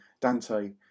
Dante